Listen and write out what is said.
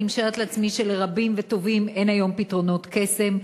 אני משערת לעצמי שלרבים וטובים אין היום פתרונות קסם.